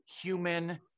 human